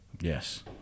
Yes